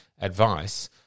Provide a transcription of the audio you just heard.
advice